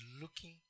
looking